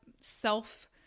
self